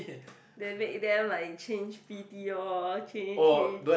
they make them like change p_t all change change